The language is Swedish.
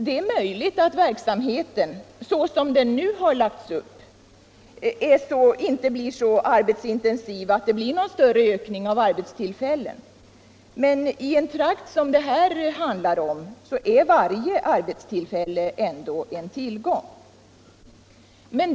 Det är möjligt att verksamheten, så som den nu lagts upp, inte är så arbetsintensiv att det blir någon större ökning av antalet arbetstillfällen, men i en trakt som denna är varje arbetstillfälle en tillgång.